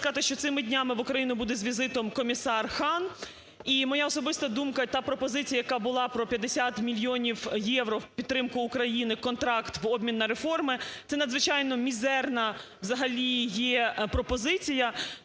хотіла сказати, що цими днями в Україну буде з візитом Комісар Хан. І моя особиста думка, та пропозиція, яка була про 50 мільйонів євро в підтримку України, контракт в обмін на реформи, – це надзвичайно мізерна взагалі